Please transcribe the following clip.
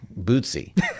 bootsy